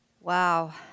Wow